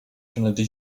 kennedy